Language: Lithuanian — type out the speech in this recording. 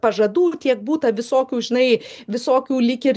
pažadų tiek būta visokių žinai visokių lyg ir